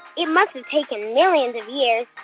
it must've taken millions of years.